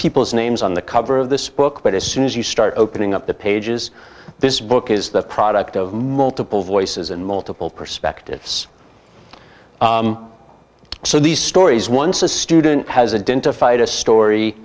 people's names on the cover of this book but as soon as you start opening up the pages this book is the product of multiple voices and multiple perspectives so these stories once a student has a dent to fight a story